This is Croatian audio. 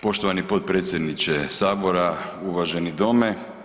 Poštovani potpredsjedniče Sabora, uvaženi Dome.